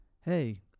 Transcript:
hey